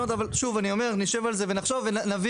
אבל נשב עליהם ונחשוב.